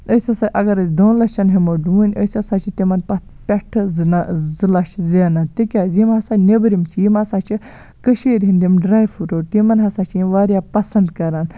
أسۍ ہسا اَگر أسۍ دۄن لَچھن ہٮ۪مو ڈوٗںۍ أسۍ ہسا چھِ تِمن پَتہٕ پٮ۪ٹھٕ زٕ زٕ لَچھ زینان تِکیازِ یِم ہسا نیبرِم چھِ یِم ہسا چھِ کٔشیٖر ہِندۍ یِم ڈراے فروٗٹ تِمن ہسا چھِ یِم واریاہ پَسند کران